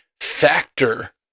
Factor